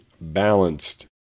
balanced